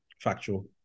factual